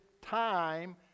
time